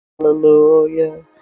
hallelujah